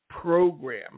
program